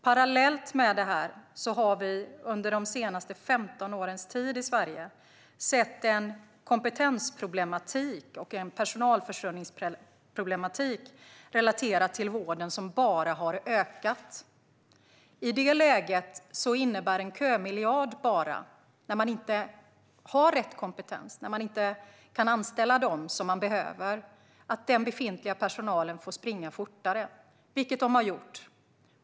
Parallellt har vi under de senaste 15 åren i Sverige sett problem med kompetens och personalförsörjning relaterat till vården som bara har ökat. I det läget innebär en kömiljard, utan rätt kompetens, när det inte går att anställa dem som behövs, att den befintliga personalen får springa fortare, vilket de har gjort.